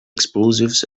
explosives